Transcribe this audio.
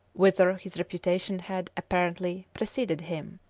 whither his reputation had, apparently, preceded him.